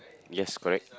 yes correct